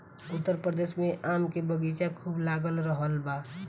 उत्तर प्रदेश में आम के बगीचा खूब लाग रहल बा